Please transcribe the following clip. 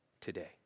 today